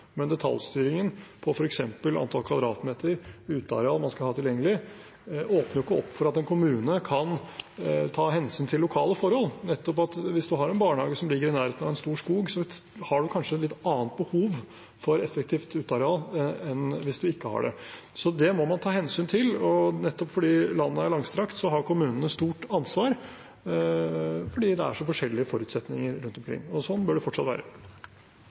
Men detaljstyringen av f.eks. antall kvadratmeter uteareal man skal ha tilgjengelig, åpner ikke opp for at en kommune kan ta hensyn til lokale forhold. Hvis man har en barnehage som ligger i nærheten av en stor skog, har man kanskje et litt annet behov for effektivt uteareal enn hvis man ikke har det. Så det må man ta hensyn til. Nettopp fordi landet er langstrakt, har kommunene et stort ansvar – fordi det er så forskjellige forutsetninger rundt omkring. Sånn bør det fortsatt være.